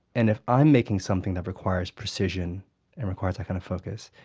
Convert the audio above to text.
and if i'm making something that requires precision and requires that kind of focus,